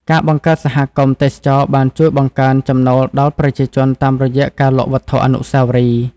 ការបង្កើតសហគមន៍ទេសចរណ៍បានជួយបង្កើនចំណូលដល់ប្រជាជនតាមរយៈការលក់វត្ថុអនុស្សាវរីយ៍។